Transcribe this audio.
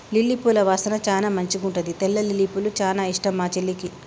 lily పూల వాసన చానా మంచిగుంటది తెల్ల లిల్లీపూలు చానా ఇష్టం మా చెల్లికి